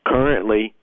Currently